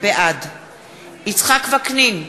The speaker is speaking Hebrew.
בעד יצחק וקנין,